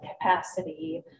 capacity